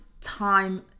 time